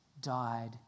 Died